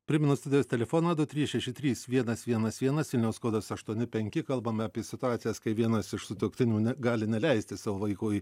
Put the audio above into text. primenu studijos telefoną du trys šeši trys vienas vienas vienas vilniaus kodas aštuoni penki kalbame apie situacijas kai vienas iš sutuoktinių ne gali neleisti savo vaikui